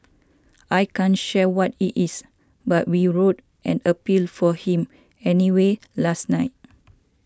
I can't share what it is but we wrote an appeal for him anyway last night